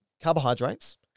carbohydrates